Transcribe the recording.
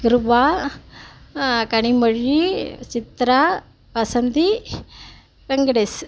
Kripa Kanimozhi Chitra Vasanthi Venkatesh